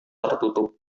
tertutup